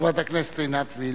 חברת הכנסת עינת וילף.